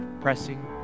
pressing